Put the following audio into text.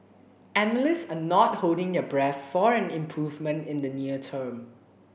analysts are not holding their breath for an improvement in the near term